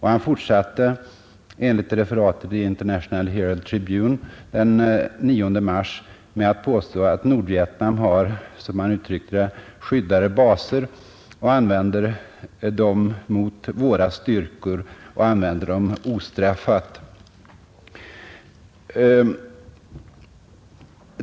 Han fortsatte enligt referatet med att påstå att Nordvietnam har ”skyddade baser” och ”använder dem mot våra styrkor och använder dem ostraffat”.